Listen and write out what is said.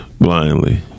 Blindly